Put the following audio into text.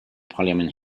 parliament